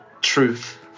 truth